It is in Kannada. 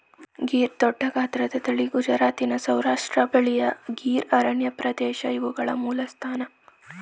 ಗೀರ್ ದೊಡ್ಡಗಾತ್ರದ ತಳಿ ಗುಜರಾತಿನ ಸೌರಾಷ್ಟ್ರ ಬಳಿಯ ಗೀರ್ ಅರಣ್ಯಪ್ರದೇಶ ಇವುಗಳ ಮೂಲಸ್ಥಾನ